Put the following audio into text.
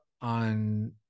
on